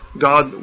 God